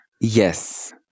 Yes